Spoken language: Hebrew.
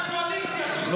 חבר הכנסת קריב, אנא, אנא.